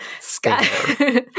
sky